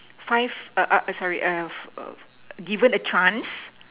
five uh uh sorry err given a chance